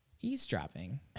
Eavesdropping